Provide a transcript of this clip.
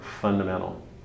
fundamental